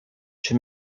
czy